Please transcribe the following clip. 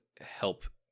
help